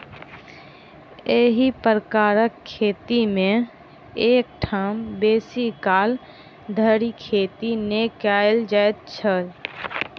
एही प्रकारक खेती मे एक ठाम बेसी काल धरि खेती नै कयल जाइत छल